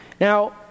Now